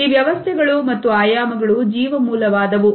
ಈ ವ್ಯವಸ್ಥೆಗಳು ಮತ್ತು ಆಯಾಮಗಳು ಜೀವ ಮೂಲವಾದವು